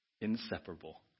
inseparable